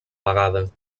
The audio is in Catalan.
vegada